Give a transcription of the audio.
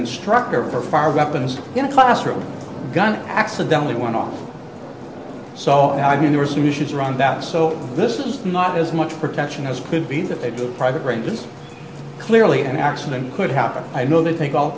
instructor fire weapons in a classroom gun accidentally went off so i mean there are solutions around that so this is not as much protection as could be that they do a private range is clearly an accident could happen i know they think all